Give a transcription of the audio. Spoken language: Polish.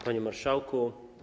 Panie Marszałku!